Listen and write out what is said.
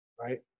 right